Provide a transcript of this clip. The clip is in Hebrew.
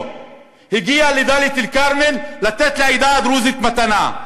והגיע לדאלית-אלכרמל לתת לעדה הדרוזית מתנה,